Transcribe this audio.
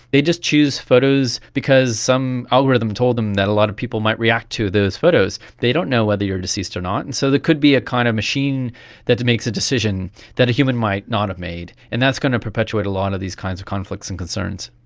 they just choose photos because some algorithm told them that a lot of people might react to those photos. they don't know whether you are deceased or not. and so there could be a kind of machine that makes a decision that a human might not have made and that's going to perpetuate a lot of these kinds of conflicts and concerns.